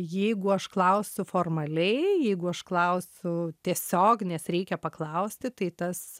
jeigu aš klausiu formaliai jeigu aš klausiu tiesiog nes reikia paklausti tai tas